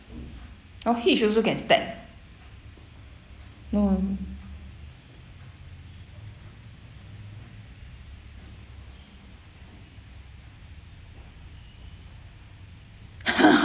oh hitch also can stack no ah